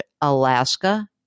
Alaska